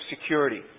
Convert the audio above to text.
security